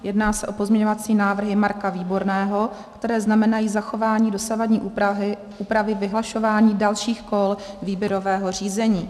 Jedná se o pozměňovací návrhy Marka Výborného, které znamenají zachování dosavadní úpravy vyhlašování dalších kol výběrového řízení.